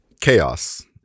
chaos